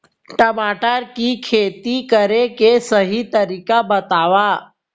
टमाटर की खेती करे के सही तरीका बतावा?